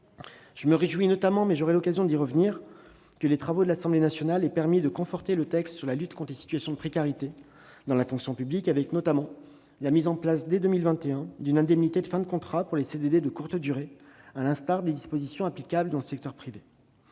Je me réjouis notamment- j'aurai l'occasion d'y revenir -que les travaux à l'Assemblée nationale aient permis de conforter le texte sur la lutte contre les situations de précarité dans la fonction publique, avec notamment la mise en place, à partir de 2021, d'une indemnité de fin de contrat pour les CDD de courte durée, à l'instar des dispositions applicables dans le secteur privé.